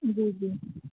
जी जी